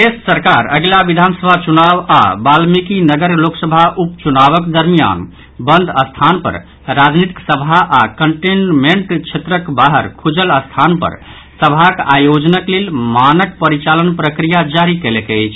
प्रदेश सरकार अगिला विधानसभा चुनाव आओर वाल्मीकिनगर लोकसभा उप चुनावक दरमियान बंद स्थान पर राजनीतिक सभा आओर कंटेनमेंट क्षेत्रक बाहर खुजल स्थान पर सभाक आयोजनक लेल मानक परिचालन प्रक्रिया जारी कयलक अछि